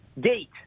gate